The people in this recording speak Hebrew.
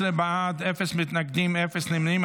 18 בעד, אפס מתנגדים, אפס נמנעים.